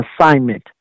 assignment